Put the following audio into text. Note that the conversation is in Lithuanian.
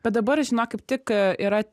bet dabar žinok kaip tik yra